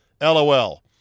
LOL